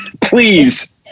please